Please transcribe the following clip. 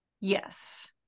yes